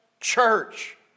church